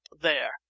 there